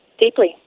Deeply